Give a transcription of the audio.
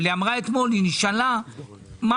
אבל היועצת המשפטית של הוועדה נשאלה אתמול מה